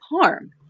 harm